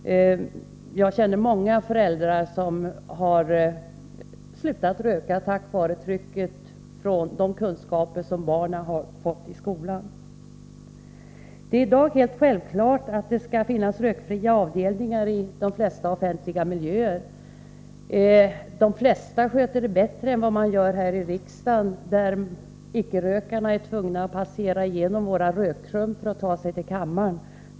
Jag känner många föräldrar som har slutat röka tack vare de kunskaper som barnen har fått i skolan. Det är i dag helt självklart att det skall finnas rökfria avdelningar i de flesta offentliga miljöer. De flesta sköter det bättre än vad man gör här i riksdagen, där icke-rökarna är tvungna att passera genom våra rökrum för att ta sig till kammaren.